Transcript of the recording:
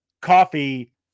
coffee